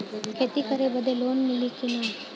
खेती करे बदे लोन मिली कि ना?